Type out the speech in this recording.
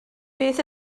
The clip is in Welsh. beth